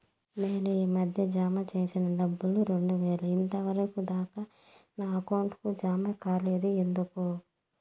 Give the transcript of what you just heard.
నేను ఈ మధ్య జామ సేసిన డబ్బులు రెండు వేలు ఇంతవరకు దాకా నా అకౌంట్ కు జామ కాలేదు ఎందుకు?